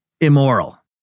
immoral